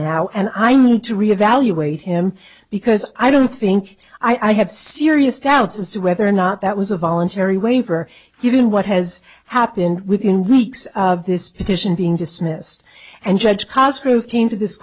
now and i need to re evaluate him because i don't think i have serious doubts as to whether or not that was a voluntary waiver given what has happened within weeks of this petition being dismissed and judge castro came to this